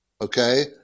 Okay